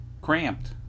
cramped